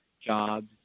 jobs